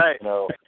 no